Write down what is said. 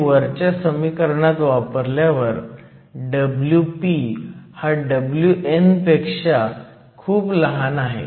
हे वरच्या समीकरणात वापरल्यावर Wp हा Wn पेक्षा खूप लहान आहे